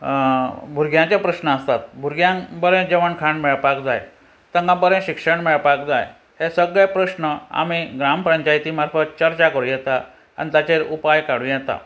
भुरग्यांचे प्रश्न आसतात भुरग्यांक बरें जेवण खाण मेळपाक जाय तांकां बरें शिक्षण मेळपाक जाय हे सगळे प्रस्न आमी ग्रामपंचायती मार्फत चर्चा करूं येता आनी ताचेर उपाय काडूं येता